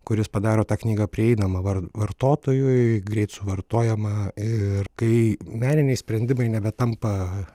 kuris padaro tą knygą prieinamą var vartotojui greit suvartojamą ir kai meniniai sprendimai nebetampa